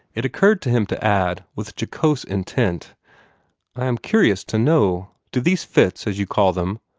it occurred to him to add, with jocose intent i am curious to know, do these fits, as you call them,